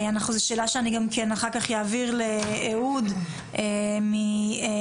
זו שאלה שאני גם כן אחר כך אעביר לאהוד מצה"ל.